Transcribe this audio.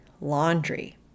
laundry